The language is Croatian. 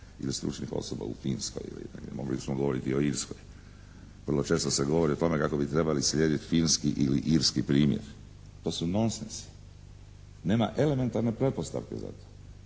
ili stručnih osoba u Finskoj ili mogli smo govoriti o Irskoj, vrlo često se govori o tome kako bi trebalo slijediti finski ili irski primjer. To su nonsensi. Nema elementarne pretpostavke za to.